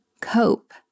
cope